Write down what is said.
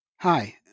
Hi